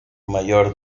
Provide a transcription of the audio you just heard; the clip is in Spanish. mayor